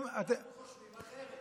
אנחנו חושבים אחרת.